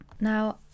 now